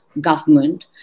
government